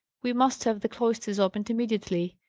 we must have the cloisters opened immediately!